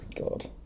god